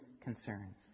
concerns